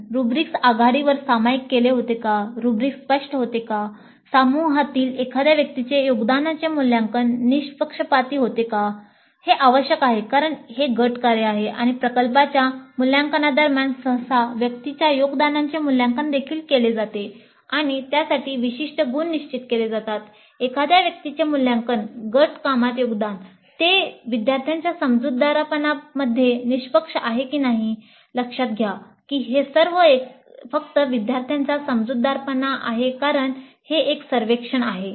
"rubrics आघाडीवर सामायिक केले होते" "रुब्रिक्स स्पष्ट होते" "समूहातील एखाद्या व्यक्तीच्या योगदानाचे मूल्यांकन निःपक्षपाती होते" लक्षात घ्या की हे सर्व फक्त विद्यार्थ्यांचा समजूतदारपणा आहे कारण ते एक सर्वेक्षण आहे